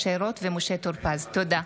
משה רוט ומשה טור פז בנושא: